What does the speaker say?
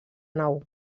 nau